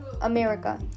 America